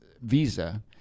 visa